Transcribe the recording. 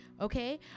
okay